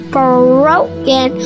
broken